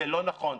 זה לא נכון,